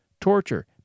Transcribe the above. torture